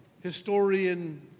historian